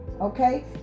okay